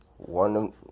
One